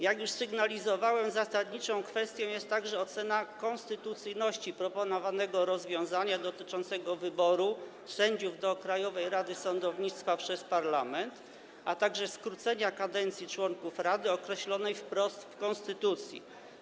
Jak już sygnalizowałem, zasadniczą kwestią jest także ocena konstytucyjności proponowanego rozwiązania dotyczącego wyboru sędziów do Krajowej Rady Sądownictwa przez parlament, a także skrócenie kadencji członków rady określonej wprost w konstytucji.